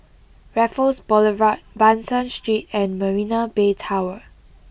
Raffles Boulevard Ban San Street and Marina Bay Tower